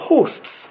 Hosts